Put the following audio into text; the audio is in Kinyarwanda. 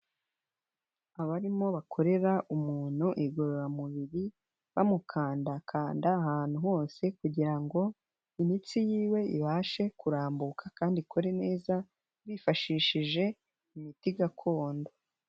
Abarimo bakorera umuntu igorororamubiri, bamukanda kanda ahantu hose kugira ngo imitsi yiwe ibashe kurambuka kandi ikore neza bifashishije imiti gakondo.